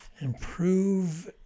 Improve